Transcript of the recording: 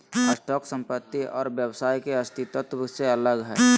stock संपत्ति और व्यवसाय के अस्तित्व से अलग हइ